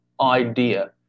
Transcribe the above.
idea